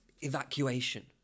evacuation